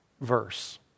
verse